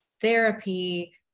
therapy